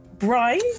Brian